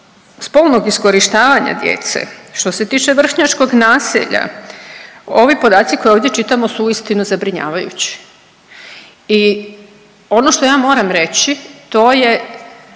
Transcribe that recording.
spolnog iskorištavanja djece, što se tiče vršnjačkog nasilja, ovi podaci koje ovdje čitamo su uistinu zabrinjavajući i ono što ja moram reći to je